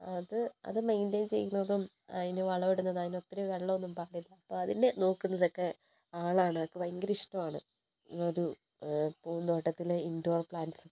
അത് അത് മെയിൻ്റൈൻ ചെയ്യുന്നതും അതിനു വളമിടുന്നതും അതിനൊത്തിരി വെള്ളമൊന്നും പാടില്ല അപ്പോൾ അതിനെ നോക്കുന്നതൊക്കെ ആളാണ് ആൾക്ക് ഭയങ്കര ഇഷ്ടമാണ് ഒരു പൂന്തോട്ടത്തിലെ ഇൻ്റോർ പ്ലാൻ്റ്സ്